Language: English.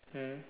mm